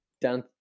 down